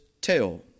tell